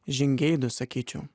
žingeidūs sakyčiau